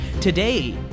Today